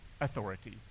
authority